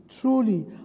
truly